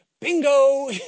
Bingo